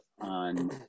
on